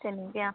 তেনেকেই আৰু